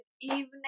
evening